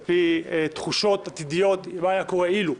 על פי תחושות עתידיות של מה היה קורה אילו.